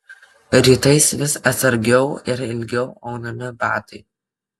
rytais vis atsargiau ir ilgiau aunami batai